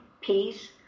peace